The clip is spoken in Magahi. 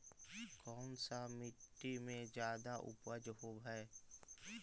कोन सा मिट्टी मे ज्यादा उपज होबहय?